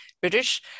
british